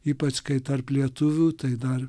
ypač kai tarp lietuvių tai dar